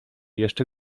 jeszcze